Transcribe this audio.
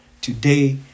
Today